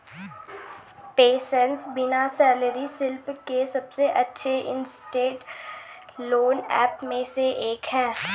PaySense बिना salary slip के सबसे अच्छे इंस्टेंट लोन ऐप में से एक है